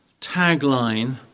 tagline